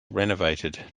renovated